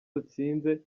dutsinze